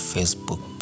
Facebook